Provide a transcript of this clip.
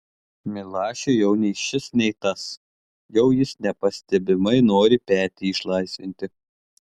milašiui jau nei šis nei tas jau jis nepastebimai nori petį išlaisvinti